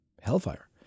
hellfire